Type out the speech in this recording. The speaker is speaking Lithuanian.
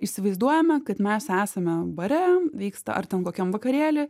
įsivaizduojame kad mes esame bare vyksta ar ten kokiam vakarėly